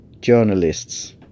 journalists